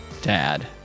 dad